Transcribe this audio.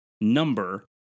number